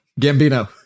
Gambino